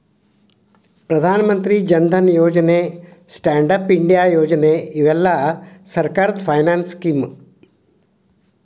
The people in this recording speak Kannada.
ಪ್ರಧಾನ ಮಂತ್ರಿ ಜನ್ ಧನ್ ಯೋಜನೆ ಸ್ಟ್ಯಾಂಡ್ ಅಪ್ ಇಂಡಿಯಾ ಯೋಜನೆ ಇವೆಲ್ಲ ಸರ್ಕಾರದ ಫೈನಾನ್ಸ್ ಸ್ಕೇಮ್